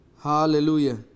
Hallelujah